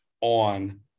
on